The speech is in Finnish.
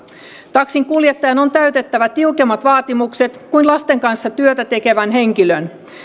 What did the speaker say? taksinkuljettajan on täytettävä tiukemmat vaatimukset kuin lasten kanssa työtä tekevän henkilön